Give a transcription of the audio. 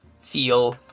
feel